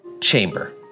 chamber